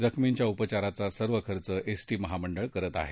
जखमींच्या उपचाराचा सर्व खर्च एसटी महामंडळ करत आहे